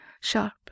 sharp